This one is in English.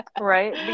Right